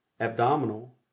abdominal